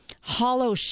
hollow